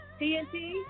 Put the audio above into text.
TNT